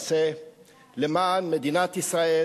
להצעה זאת גם הצטרף חבר הכנסת אחמד דבאח,